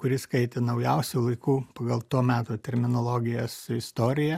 kuri skaitė naujausių laikų pagal to meto terminologijas istoriją